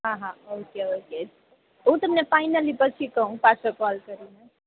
હા okay okay હું તમને ફાઈનલી પછી કહું પાછો કોલ કરી ને